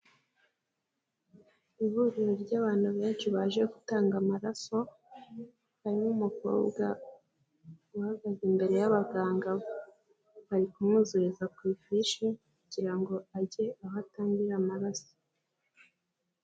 Ihuriro ry'abantu benshi baje gutanga amaraso, harimo umukobwa uhagaze imbere y'abaganga be, barikumzureza ku ifishi kugira ngo age aho atangira amaraso.